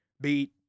beat